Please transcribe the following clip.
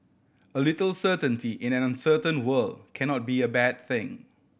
a little certainty in an uncertain world cannot be a bad thing